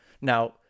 now